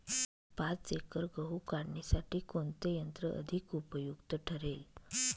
पाच एकर गहू काढणीसाठी कोणते यंत्र अधिक उपयुक्त ठरेल?